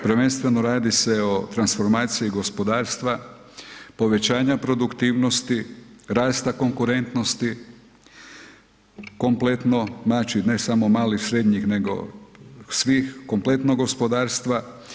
Prvenstveno radi se o transformaciji gospodarstva, povećanja produktivnosti, rasta konkurentnosti, kompletno znači ne samo malih, srednjih, nego svih, kompletno gospodarstva.